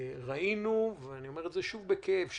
ראינו ואני אומר זאת שוב בכאב,